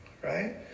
Right